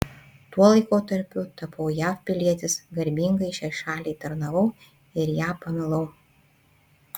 tuo laikotarpiu tapau jav pilietis garbingai šiai šaliai tarnavau ir ją pamilau